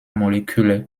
moleküle